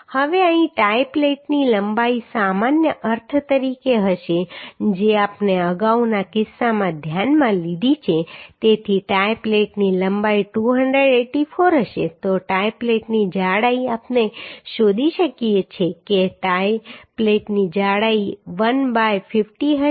હવે અહીં ટાઈ પ્લેટની લંબાઈ સામાન્ય અર્થ તરીકે હશે જે આપણે અગાઉના કિસ્સામાં ધ્યાનમાં લીધી છે તેથી ટાઈ પ્લેટની લંબાઈ 284 હશે તો ટાઈ પ્લેટની જાડાઈ આપણે શોધી શકીએ છીએ કે ટાઈ પ્લેટની જાડાઈ 1 બાય 50 હશે